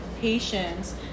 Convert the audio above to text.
patients